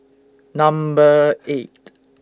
Number eight